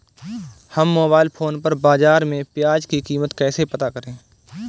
हम mobile phone पर बाज़ार में प्याज़ की कीमत कैसे पता करें?